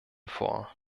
vor